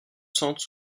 centres